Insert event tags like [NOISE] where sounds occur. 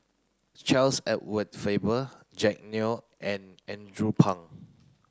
Charles Edward Faber Jack Neo and Andrew [NOISE] Phang